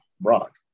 Brock